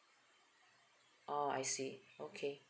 oh I see okay